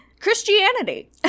christianity